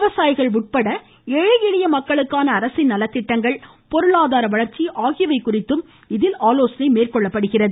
விவசாயிகள் உட்பட ஏழை எளிய மக்களுக்கான அரசின் நலத்திட்டங்கள் பொருளாதார வளர்ச்சி குறித்தும் இதில் விவாதிக்கப்படுகிறது